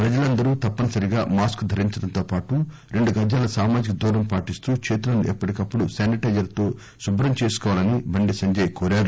ప్రజలందరూ తప్పని సరిగా మాస్క్ ధరించడం తో పాటు రెండు గజాల సామజిక దూరం పాటిస్తూ చేతులను ఎప్పటికప్పుడు శానిటైజర్ తో శుభ్రపరుచుకోవాలని బండి సంజయ్ తెలిపారు